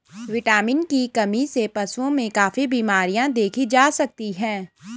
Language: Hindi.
विटामिन की कमी से पशुओं में काफी बिमरियाँ देखी जा सकती हैं